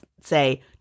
say